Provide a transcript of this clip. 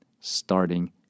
starting